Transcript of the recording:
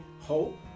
hope